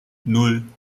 nan